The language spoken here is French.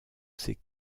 ses